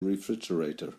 refrigerator